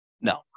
No